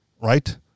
Right